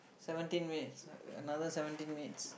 seventeen minutes another seventeen minutes